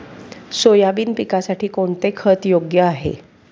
Soybean पिकासाठी कोणते खत योग्य आहे?